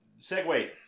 segue